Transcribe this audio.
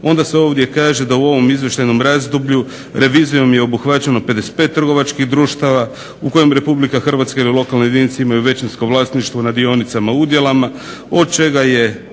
Onda se ovdje kaže da u ovom izvještajnom razdoblju revizijom je obuhvaćeno 55 trgovačkih društava u kojem Republika Hrvatska ili lokalna jedinica imaju većinsko vlasništvo na dionicama udjelima od čega je